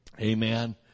Amen